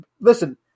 Listen